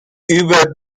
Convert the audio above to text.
über